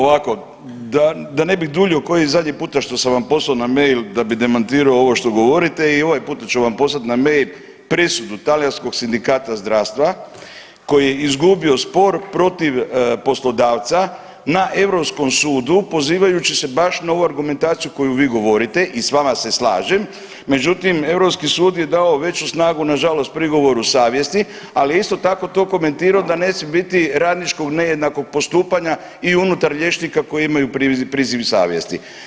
Ovako, da ne bih duljio ko i zadnji puta što sam vam poslao mail da bi demantirao ovo što govorite i ovaj puta ću vam poslati na mail presudu Talijanskog sindikata zdravstva koji je izgubio spor protiv poslodavca na europskom sudu pozivajući se baš na ovu argumentaciju koju vi govorite i s vama se slažem, međutim europski sud je dao veću snagu nažalost prigovoru savjesti, ali je isto tako to komentirao da ne smije biti radničkog nejednakog postupanja i unutar liječnika koji imaju priziv savjesti.